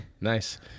Nice